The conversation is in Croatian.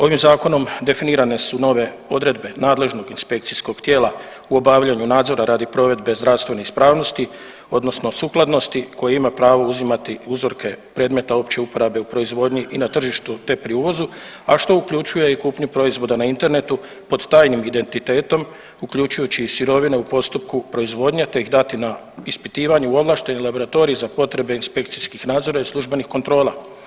Ovim zakonom definirane su nove odredbe nadležnog inspekcijskog tijela u obavljanju nadzora radi provedbe zdravstvene ispravnosti odnosno sukladnosti koje ima pravo uzimati uzorke predmeta opće uporabe u proizvodnji i na tržištu te pri uvozu, a što uključuje i kupnju proizvoda na internetu pod tajnim identitetom uključujući i sirovine u postupku proizvodnje te ih dati na ispitivanje u ovlašteni laboratorij za potrebe inspekcijskih nadzora i službenih kontrola.